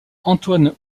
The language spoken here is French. antoine